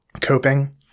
coping